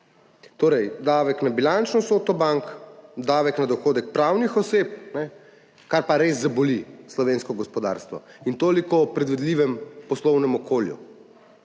torej davek na bilančno vsoto bank, davek na dohodek pravnih oseb, kar pa res zaboli slovensko gospodarstvo. In toliko o predvidljivem poslovnem okolju.